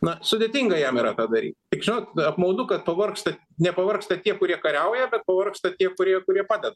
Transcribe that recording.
na sudėtinga jam yra tą daryt tik žinot apmaudu kad pavargsta nepavargsta tie kurie kariauja bet vargsta tie kurie kurie padeda